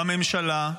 בממשלה,